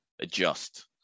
adjust